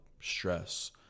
stress